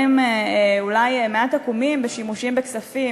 אולי מעט עקומים בשימושים בכספים,